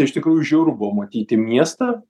iš tikrųjų žiauru buvo matyti miestą